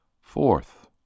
Fourth